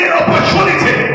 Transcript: opportunity